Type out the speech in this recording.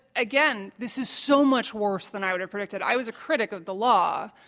again, this is so much worse than i would've predicted. i was a critic of the law,